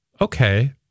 okay